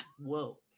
Whoa